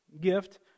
gift